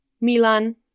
Milan